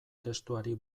testuari